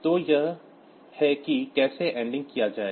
तो यह है कि कैसे एंडिंग किया जाएगा